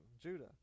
Judah